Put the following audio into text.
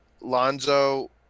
Lonzo